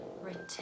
Retain